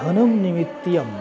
धनं निमित्तं